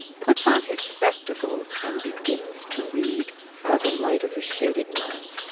puts on his spectacles, and begins to read by the light of a shaded lamp.